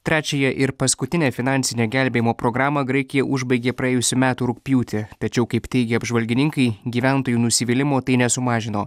trečiąją ir paskutinę finansinę gelbėjimo programą graikija užbaigė praėjusių metų rugpjūtį tačiau kaip teigia apžvalgininkai gyventojų nusivylimo tai nesumažino